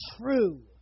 true